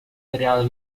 real